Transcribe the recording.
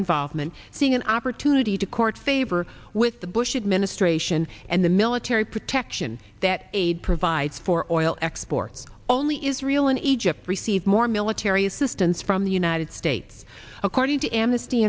involvement seeing an opportunity to court favor with the bush administration and the military protection that aid provides for oil exports only israel and egypt receive more military assistance from the united states according to amnesty